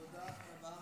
תודה רבה.